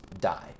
die